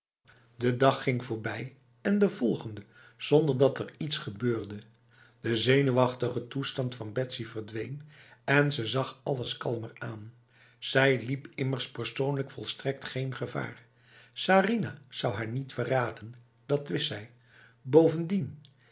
de dag ging voorbij en de volgende zonder dat er iets gebeurde de zenuwachtige toestand van betsy verdween en ze zag alles kalmer aan zij liep immers persoonlijk volstrekt geen gevaar sarinah zou haar niet verraden dat wist zij bovendien